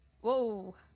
whoa